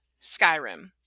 Skyrim